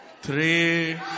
Three